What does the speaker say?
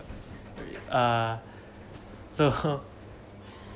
ah so